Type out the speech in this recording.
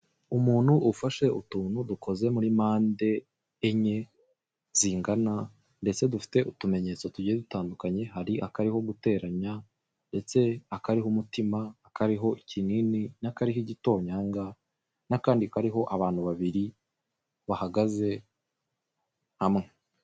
Umuntu ufashe utuntu dukoze muri mpande enye zingana ndetse dufite utumenyetso tugiye dutandukanye, hari akariho guteranya ndetse akariho umutima, akariho ikinini n'akariho igitonyanga n'akandi kariho abantu babiri bahagaze hamwe.